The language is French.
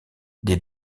des